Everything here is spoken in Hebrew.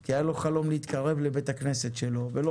כי היה לו חלום להתקרב לבית הכנסת שלו ולא